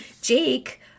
Jake